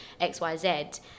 xyz